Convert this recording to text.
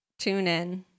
TuneIn